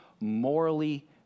morally